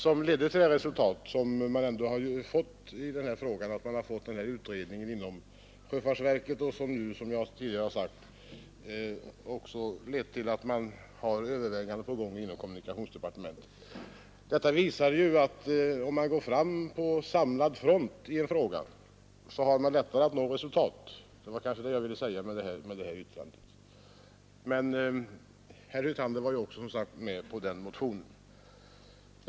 Motionen gav till resultat att vi har fått en utredning inom sjöfartsverket och att man nu inom kommunikationsdepartementet håller på att göra vissa överväganden. Detta visar att det är lättare att nå resultat i en fråga om man går fram på samlad front. Herr Hyltander var som sagt också med på motionen.